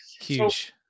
Huge